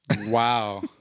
Wow